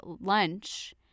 lunch